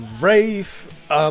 rave